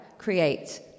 Create